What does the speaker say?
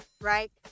right